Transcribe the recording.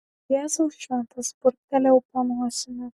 jėzau šventas burbtelėjau po nosimi